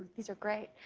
these are great.